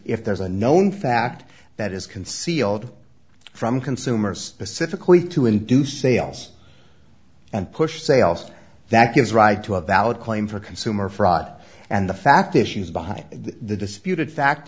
if there's a known fact that is concealed from consumers specifically to induce sales and push sales that gives right to a valid claim for consumer fraud and the fact issues behind the disputed fact